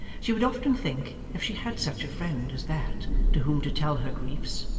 she would often think, if she had such a friend as that to whom to tell her griefs,